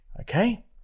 Okay